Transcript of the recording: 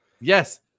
Yes